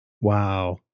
Wow